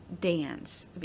dance